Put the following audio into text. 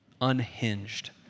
unhinged